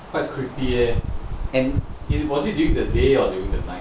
quite creepy eh and was it during the day or during the night